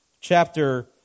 chapter